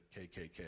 KKK